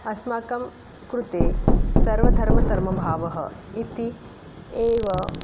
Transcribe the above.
अस्माकं कृते सर्वधर्मसमभावः इति एव